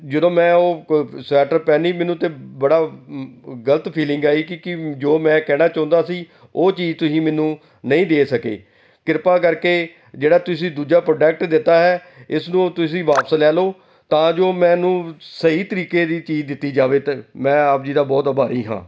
ਜਦੋਂ ਮੈਂ ਉਹ ਕ ਸਵੈਟਰ ਪਹਿਨੀ ਮੈਨੂੰ ਤਾਂ ਬੜਾ ਗ਼ਲਤ ਫੀਲਿੰਗ ਆਈ ਕਿ ਕਿ ਜੋ ਮੈਂ ਕਹਿਣਾ ਚਾਹੁੰਦਾ ਸੀ ਉਹ ਚੀਜ਼ ਤੁਸੀਂ ਮੈਨੂੰ ਨਹੀਂ ਦੇ ਸਕੇ ਕਿਰਪਾ ਕਰਕੇ ਜਿਹੜਾ ਤੁਸੀਂ ਦੂਜਾ ਪ੍ਰੋਡਕਟ ਦਿੱਤਾ ਹੈ ਇਸ ਨੂੰ ਤੁਸੀਂ ਵਾਪਸ ਲੈ ਲਉ ਤਾਂ ਜੋ ਮੈਨੂੰ ਸਹੀ ਤਰੀਕੇ ਦੀ ਚੀਜ਼ ਦਿੱਤੀ ਜਾਵੇ ਅਤੇ ਮੈਂ ਆਪ ਜੀ ਦਾ ਬਹੁਤ ਆਭਾਰੀ ਹਾਂ